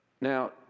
Now